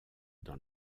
dans